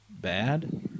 bad